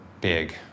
big